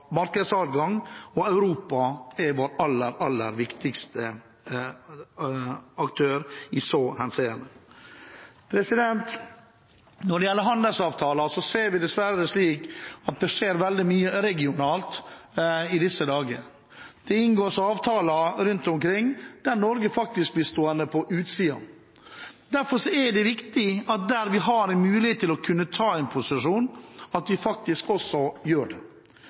markedsadgang, og Europa er vår aller viktigste aktør i så henseende. Når det gjelder handelsavtaler, ser vi dessverre at det skjer veldig mye regionalt i disse dager. Det inngås avtaler rundt omkring der Norge faktisk blir stående på utsiden. Derfor er det viktig at vi der vi har en mulighet til å ta en posisjon, faktisk også gjør det.